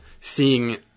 seeing